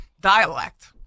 dialect